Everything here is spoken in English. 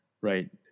right